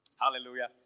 Hallelujah